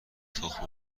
تخم